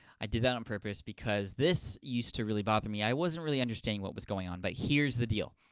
i did that on purpose because this used to really bother me. i wasn't really understanding what was going on, but here's the deal.